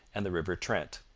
and the river trent.